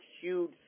huge